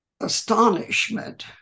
astonishment